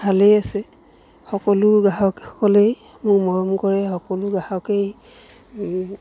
ভালেই আছে সকলো গ্ৰাহকসকলেই মোক মৰম কৰে সকলো গ্ৰাহকেই